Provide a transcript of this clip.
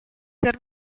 ser